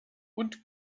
und